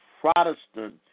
Protestant